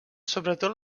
sobretot